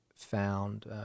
found